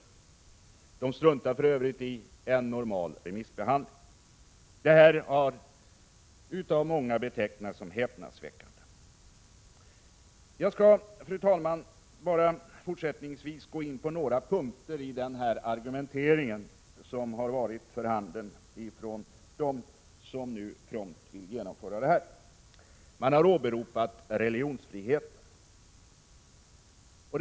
Regeringen struntar för övrigt i en normal remissbehandling. Detta har av många betecknats som häpnadsväckande. Jag skall, fru talman, fortsättningsvis gå in på några punkter i den argumentering som har varit för handen från dem som nu prompt vill genomföra denna förändring. Man har bl.a. åberopat religionsfriheten.